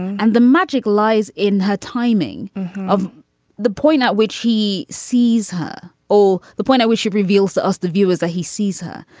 and the magic lies in her timing of the point at which he sees her or the point at which she reveals to us the view as that he sees her.